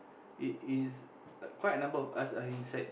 it is quite a number of us are inside